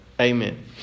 Amen